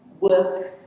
Work